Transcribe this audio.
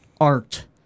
art